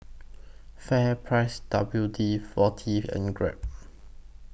FairPrice W D forty and Grab